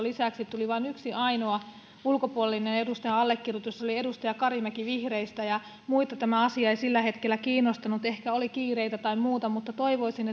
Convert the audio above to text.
lisäksi tuli vain yksi ainoa ulkopuolisen edustajan allekirjoitus se oli edustaja karimäki vihreistä ja muita tämä asia ei sillä hetkellä kiinnostanut ehkä oli kiireitä tai muuta mutta toivoisin